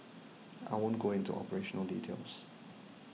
I won't go into operational details